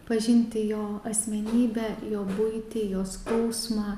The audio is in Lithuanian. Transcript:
pažinti jo asmenybę jo buitį jo skausmą